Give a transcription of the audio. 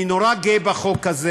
אני נורא גאה בחוק הזה.